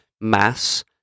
mass